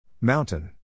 Mountain